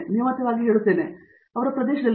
Satyanarayana N Gummadi ಅವರ ಪ್ರದೇಶದಲ್ಲಿ